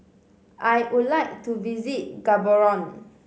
I would like to visit Gaborone